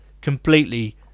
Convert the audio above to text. completely